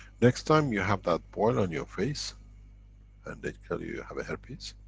next time you have that boil on your face and they tell you you have a herpes,